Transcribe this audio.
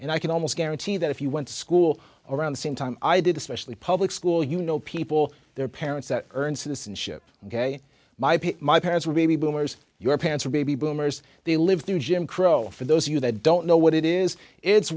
and i can almost guarantee that if you went to school around the same time i did especially public school you know people their parents that earned citizenship ok my parents were baby boomers your parents are baby boomers they lived through jim crow for those of you that don't know what it is it's